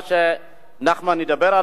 שנחמן ידבר עליו,